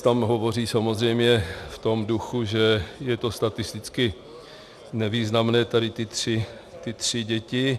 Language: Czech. Tam hovoří samozřejmě v tom duchu, že je to statisticky nevýznamné, tady ty tři děti.